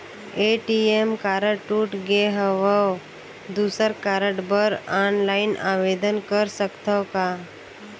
ATM card टूट गे हववं दुसर कारड बर ऑनलाइन आवेदन कर सकथव का?